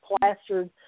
plastered